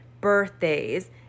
birthdays